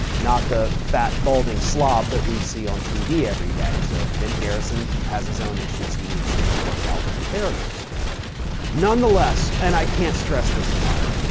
not the fat, balding slob that we see on tv every day. so ben garrison has his own issues. he needs to go workout with a therapist nonetheless. and i can't stress this enough.